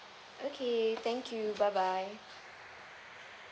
okay thank you bye bye